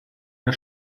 der